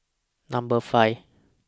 Number five